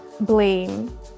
blame